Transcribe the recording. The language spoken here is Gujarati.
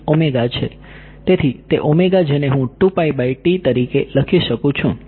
તેથી તે જેને હું તરીકે લખી શકું છુ